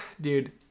dude